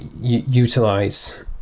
utilize